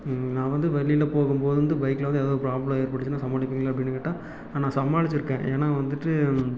நான் வந்து வெளியில் போகும்போது வந்து பைக்ல ஏதாவது ப்ராப்லம் ஏற்பட்டுச்சுன்னால் சமாளிப்பீங்களா அப்படின்னு கேட்டால் நான் சமாளிச்சிருக்கேன் ஏன்னா வந்துட்டு